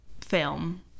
film